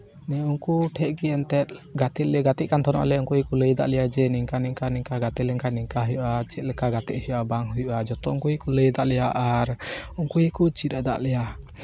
ᱤᱧ ᱩᱱᱠᱩ ᱴᱷᱮᱡ ᱜᱮ ᱮᱱᱛᱮᱜ ᱜᱟᱛᱮᱜ ᱞᱮ ᱜᱟᱛᱮᱜ ᱠᱟᱱ ᱛᱟᱦᱮᱱᱚᱜᱞᱮ ᱩᱱᱠᱩ ᱜᱮᱠᱚ ᱞᱟᱹᱭ ᱠᱟᱜ ᱞᱮᱭᱟ ᱡᱮ ᱱᱤᱝᱠᱟ ᱱᱤᱝᱠᱟ ᱱᱤᱝᱠᱟ ᱜᱟᱛᱮ ᱞᱮᱱᱠᱷᱟᱡ ᱱᱤᱝᱠᱟ ᱦᱩᱭᱩᱜᱼᱟ ᱪᱮᱫ ᱞᱮᱠᱟ ᱜᱟᱛᱮᱜ ᱦᱩᱭᱩᱜᱼᱟ ᱵᱟᱝ ᱦᱩᱭᱩᱜᱼᱟ ᱡᱚᱛᱚ ᱩᱱᱠᱩ ᱜᱮᱠᱚ ᱞᱟᱹᱭ ᱠᱟᱜ ᱛᱟᱞᱮᱭᱟ ᱟᱨ ᱩᱱᱠᱩ ᱜᱮᱠᱚ ᱪᱮᱫ ᱠᱟᱜ ᱞᱮᱭᱟ